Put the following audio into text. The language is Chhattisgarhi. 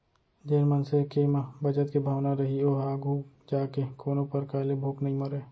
जेन मनसे के म बचत के भावना रइही ओहा आघू जाके कोनो परकार ले भूख नइ मरय